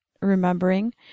Remembering